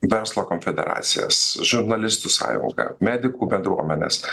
verslo konfederacijos žurnalistų sąjungą medikų bendruomenes